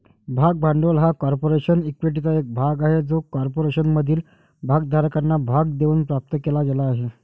भाग भांडवल हा कॉर्पोरेशन इक्विटीचा एक भाग आहे जो कॉर्पोरेशनमधील भागधारकांना भाग देऊन प्राप्त केला गेला आहे